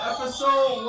Episode